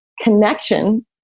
connection